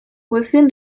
within